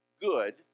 good